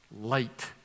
light